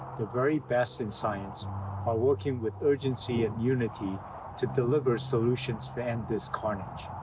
the very best in science are working with urgency and unity to deliver solutions to end this carnage.